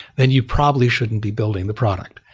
then you probably shouldn't be building the product.